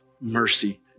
mercy